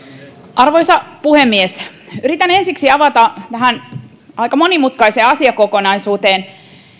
arvoisa puhemies yritän ensiksi avata tähän aika monimutkaiseen asiakokonaisuuteen